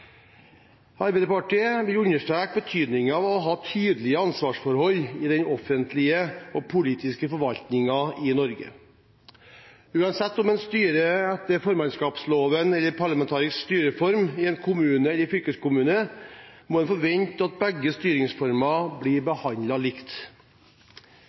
Arbeiderpartiet vil understreke betydningen av å ha tydelige ansvarsforhold i den offentlige og politiske forvaltningen i Norge. Uansett om en styrer etter formannskapsloven eller det er en parlamentarisk styreform i en kommune eller fylkeskommune, må en forvente at begge styringsformer blir behandlet likt.